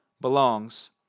belongs